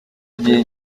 igihe